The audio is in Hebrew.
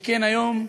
שכן היום,